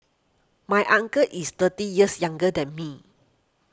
my uncle is thirty years younger than me